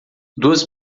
duas